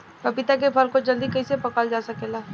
पपिता के फल को जल्दी कइसे पकावल जा सकेला?